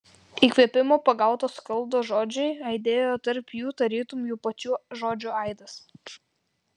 įkvėpimo pagauto skaldo žodžiai aidėjo tarp jų tarytum jų pačių žodžių aidas